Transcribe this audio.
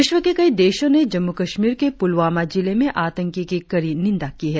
विश्व के कई देशों ने जम्मू कश्मीर के पुलवामा जिले में आतंकी की कड़ी निंदा की है